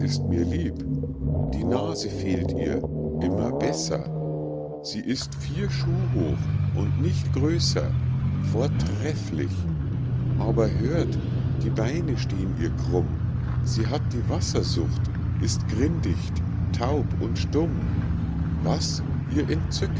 mir lieb die nase fehlt ihr immer besser sie ist vier schuh hoch und nicht größer vortrefflich aber hört die beine stehn ihr krumm sie hat die wassersucht ist grindicht taub und stumm was ihr